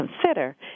consider